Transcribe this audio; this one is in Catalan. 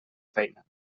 feina